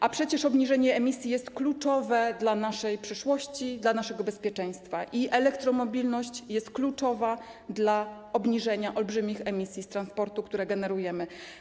A przecież obniżenie emisji jest kluczowe dla naszej przyszłości, dla naszego bezpieczeństwa i elektromobilność jest kluczowa dla obniżenia olbrzymich emisji z transportu, które generujemy.